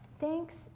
Thanks